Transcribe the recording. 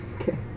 Okay